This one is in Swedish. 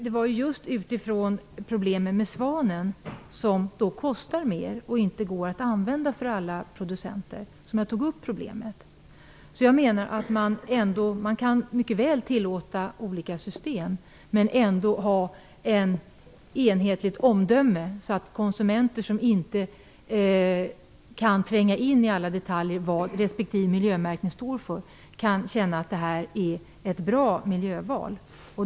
Det var just utifrån problemen med Svanen, som kostar mer och som inte alla producenter kan använda, som jag tog upp frågan. Man kan mycket väl tillåta olika system men ändå ha ett enhetligt omdöme, så att konsumenter som inte kan tränga in i alla detaljer om vad respektive miljömärkning står för kan känna att de gör ett bra miljöval.